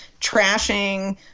trashing